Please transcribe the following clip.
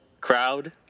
crowd